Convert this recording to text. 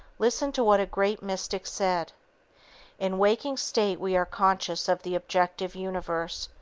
listen to what a great mystic said in waking state we are conscious of the objective universe.